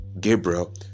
Gabriel